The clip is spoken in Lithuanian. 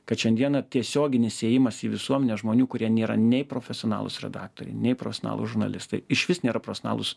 kad šiandieną tiesioginis ėjimas į visuomenę žmonių kurie nėra nei profesionalūs redaktoriai nei profesionalūs žurnalistai išvis nėra profesionalūs